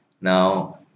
Now